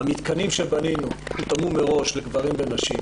המתקנים שבנינו הותאמו מראש לגברים ונשים.